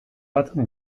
bat